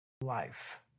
life